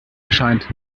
erscheint